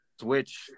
switch